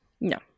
No